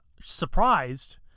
surprised